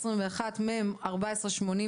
מ/1483.